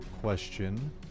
question